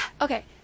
Okay